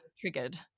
triggered